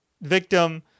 victim –